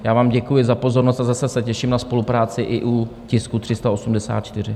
Já vám děkuji za pozornost a zase se těším na spolupráci i u tisku 384.